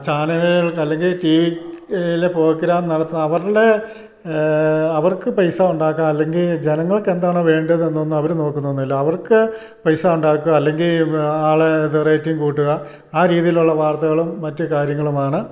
ചാനലുകൾ അല്ലെങ്കി ടിവിയിലെ പ്രോഗ്രാം നടത്തുന്ന അവരുടെ അവർക്ക് പൈസ ഉണ്ടാക്കാൻ അല്ലെങ്കിൽ ജനങ്ങൾക്ക് എന്താണോ വേണ്ടത് എന്നൊന്നും അവർ നോക്കുന്നൊന്നുമില്ല അവർക്ക് പൈസ ഉണ്ടാക്കുക അല്ലെങ്കിൽ ആളെ ഇത് റേറ്റിങ് കൂട്ടുക ആ രീതിയിലുള്ള വാർത്തകളും മറ്റു കാര്യങ്ങളുമാണ്